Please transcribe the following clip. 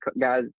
guys